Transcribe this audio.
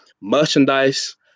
Merchandise